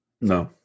No